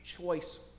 choice